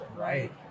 right